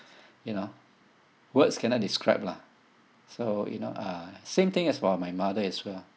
you know words cannot describe lah so you know uh same thing as for my mother as well